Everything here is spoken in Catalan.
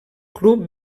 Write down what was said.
club